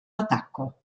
attacco